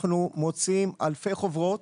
אנחנו מוציאים אלפי חוברות